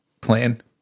plan